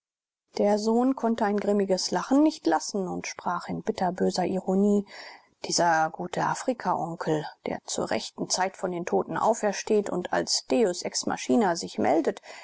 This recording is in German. der sohn konnte ein grimmiges lachen nicht lassen und sprach in bitterböser ironie dieser gute afrikaonkel der zur rechten zeit von den toten aufsteht und als deus ex machina sich meldet